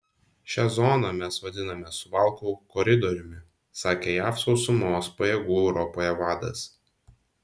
šią zoną mes vadiname suvalkų koridoriumi sakė jav sausumos pajėgų europoje vadas